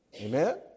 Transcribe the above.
amen